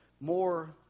more